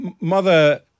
mother